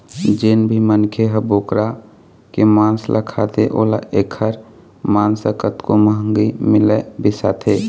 जेन भी मनखे ह बोकरा के मांस ल खाथे ओला एखर मांस ह कतको महंगी मिलय बिसाथे